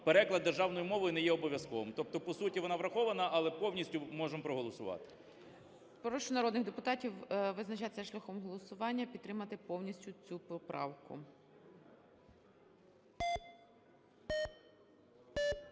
переклад державною мовою не є обов'язковим. Тобто по суті вона врахована, але повністю можемо проголосувати. ГОЛОВУЮЧИЙ. Прошу народних депутатів визначатися шляхом голосування, підтримати повністю цю поправку.